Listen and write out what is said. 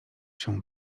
się